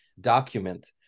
document